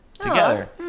together